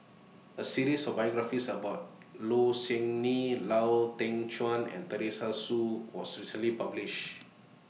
A series of biographies about Low Siew Nghee Lau Teng Chuan and Teresa Hsu was recently published